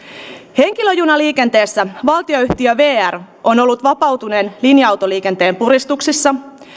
henkilöjunaliikenteessä valtionyhtiö vr on ollut vapautuneen linja autoliikenteen puristuksissa